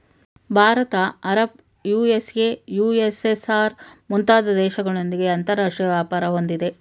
Bharat Arab, USA, USSR, ಮುಂತಾದ ದೇಶಗಳೊಂದಿಗೆ ಅಂತರಾಷ್ಟ್ರೀಯ ವ್ಯಾಪಾರ ಹೊಂದಿದೆ